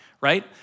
right